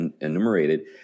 enumerated